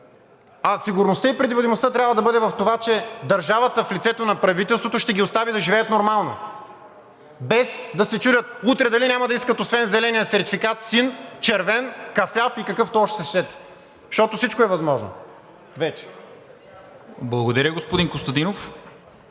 а сигурността и предвидимостта трябва да бъде в това, че държавата в лицето на правителството ще ги остави да живеят нормално, без да се чудят утре дали няма да искат освен зеления сертификат син, червен, кафяв и какъвто още се сетите, защото всичко е възможно вече. ПРЕДСЕДАТЕЛ НИКОЛА МИНЧЕВ: Благодаря, господин Костадинов.